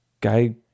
Guy